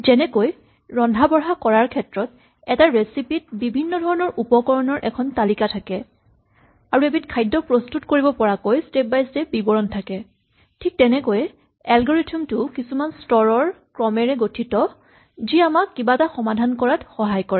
যেনেকৈ ৰন্ধা বঢ়া কৰাৰ ক্ষেত্ৰত এটা ৰেচিপি ত বিভিন্ন উপকৰণৰ এখন তালিকা থাকে আৰু এবিধ খাদ্য প্ৰস্তুত কৰিব পৰাকৈ স্টেপ বাই স্টেপ বিৱৰণ থাকে ঠিক তেনেকৈয়ে এলগৰিথম টোও কিছুমান স্তৰৰ ক্ৰমেৰে গঠিত যি আমাক কিবা এটা সমাধান কৰাত সহায় কৰে